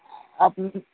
আপনি